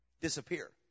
disappear